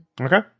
Okay